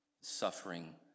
Suffering